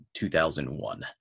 2001